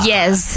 Yes